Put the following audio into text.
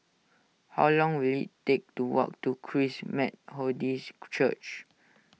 how long will it take to walk to Christ Methodist Church